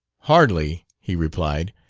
hardly, he replied.